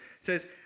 says